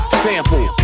sample